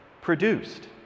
produced